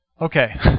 Okay